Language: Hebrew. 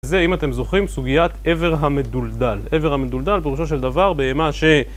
זה, אם אתם זוכרים, סוגיית איבר המדולדל. איבר המדולדל, פירושו של דבר, בהמה ש...